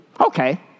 Okay